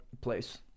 place